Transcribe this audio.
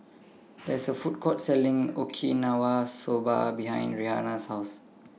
There IS A Food Court Selling Okinawa Soba behind Rhianna's House